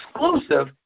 exclusive